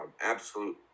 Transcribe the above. Absolute